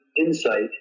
insight